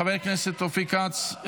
חבר הכנסת אופיר כץ,